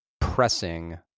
pressing